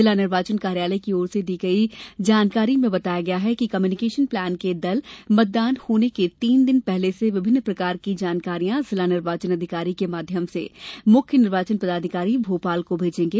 जिला निर्वाचन कार्यालय की ओर से दी गई जानकारी में बताया गया है कि कम्युनिकेशन प्लान के दल मतदान होने के तीन दिन पहले से विभिन्न प्रकार की जानकारियां जिला निर्वाचन अधिकारी के माध्यम से मुख्य निर्वाचन पदाधिकारी भोपाल को भेजेंगे